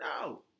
No